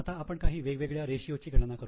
आता आपण काही वेगवेगळ्या रेशियो ची गणना करू